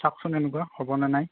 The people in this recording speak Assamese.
চাওকচোন এনেকুৱা হ'বনে নাই